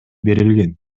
берилген